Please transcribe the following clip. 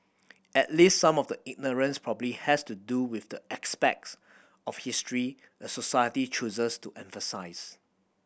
at least some of the ignorance probably has to do with the aspects of history a society chooses to emphasise